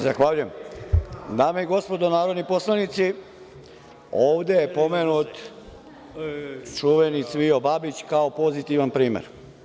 Dame i gospodo narodni poslanici, ovde je pomenut čuveni Cvijo Babić kao pozitivan primer.